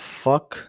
fuck